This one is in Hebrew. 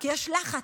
כי יש לחץ.